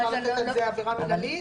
אפשר לתת על זה עבירה מנהלית?